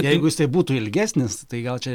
jeigu jisai būtų ilgesnis tai gal čia